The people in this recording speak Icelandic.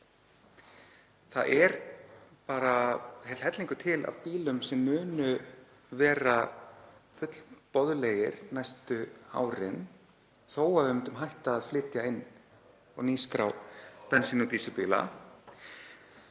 Það er bara heill hellingur til af bílum sem munu vera fullboðlegir næstu árin þó að við myndum hætta að flytja inn og nýskrá bensín- og dísilbíla.